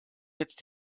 jetzt